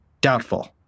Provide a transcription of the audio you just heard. Doubtful